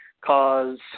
cause